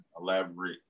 elaborate